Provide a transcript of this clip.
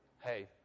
Hey